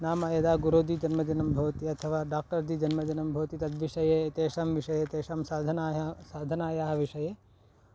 नाम यदा गुरुजीजन्मदिनं भवति अथवा डाक्टर् जि जन्मदिनं भवति तद्विषये तेषां विषये तेषां साधनायाः साधनायाः विषये